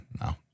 No